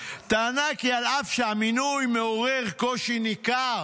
וטענה כי על אף שהמינוי מעורר קושי ניכר